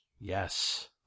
Yes